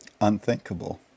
Unthinkable